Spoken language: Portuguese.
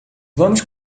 vamos